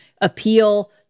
appeal